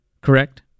Correct